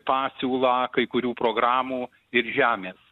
pasiūlą kai kurių programų ir žemės